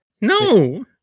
no